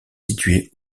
située